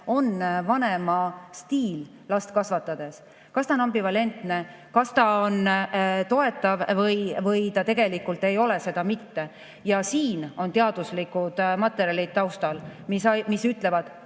on vanema stiil last kasvatades: kas ta on ambivalentne, kas ta on toetav või ta tegelikult ei ole seda mitte. Ja siin on teaduslikud materjalid taustal, mis ütlevad,